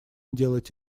делать